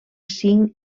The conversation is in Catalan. cinc